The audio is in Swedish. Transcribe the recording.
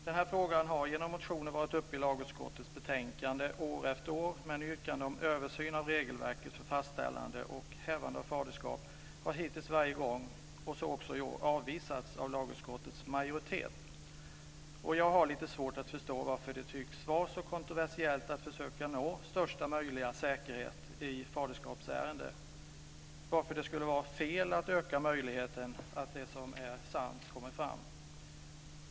Denna fråga har genom motioner behandlats i lagutskottets betänkanden år efter år, men yrkandena om översyn av regelverket för fastställande och hävande av faderskap har hittills varje gång - så också i år - avvisats av lagutskottets majoritet. Jag har lite svårt att förstå varför det tycks vara så kontroversiellt att försöka att nå största möjliga säkerhet i faderskapsärenden och varför det skulle vara fel att öka möjligheten att det som är sant kommer fram.